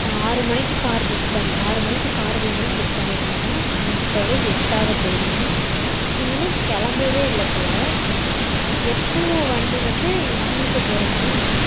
நான் ஆறு மணிக்கு கார் புக் பண்ணே ஆறு மணிக்கு கார் வேணும்னு புக் பண்ணியிருந்தேங்க மணி இப்போவே எட்டாக போகுதுங்க நீங்கள் இன்னும் கிளம்பவே இல்லை போல எப்போது வண்டி வந்து நாங்கள் எப்போ போகிறதுங்க